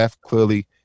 Clearly